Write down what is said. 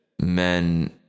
men